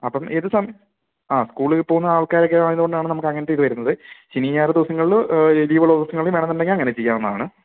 അപ്പം ഏത് സമ ആ സ്കൂളിൽ പോകുന്ന ആൾക്കാരൊക്കെ ആയതുകൊണ്ടാണ് നമുക്ക് അങ്ങനത്തെ ഇത് വരുന്നത് ശനി ഞായർ ദിവസങ്ങളിൽ ലീവുള്ള ദിവസങ്ങളിൽ വേണമെന്നുണ്ടെങ്കിൽ അങ്ങനെ ചെയ്യാവുന്നതാണ്